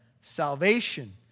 salvation